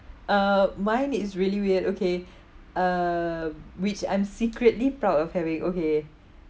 uh mine is really weird okay uh which I'm secretly proud of having okay